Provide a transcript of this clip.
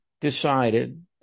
decided